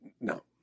No